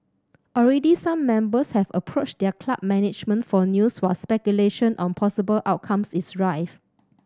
already some members have approached their club management for news while speculation on possible outcomes is rife